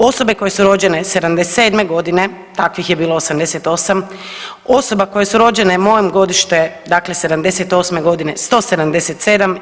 Osobe koje su rođene '77. godine takvih je bilo 88, osoba koje su rođene moje godište, dakle '78. godine 177.